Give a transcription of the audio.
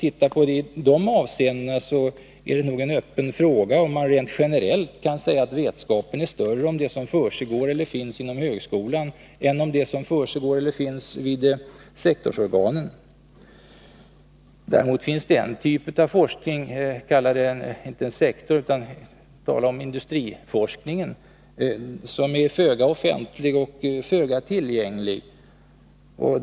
I det avseendet är det nog en öppen fråga om man rent generellt kan säga att kunskapen är större om det som försiggår eller finns inom högskolan än det som försiggår eller finns inom sektorsorganen. Däremot finns en typ av forskning, industriforskningen, som är föga offentlig och föga tillgänglig.